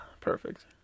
perfect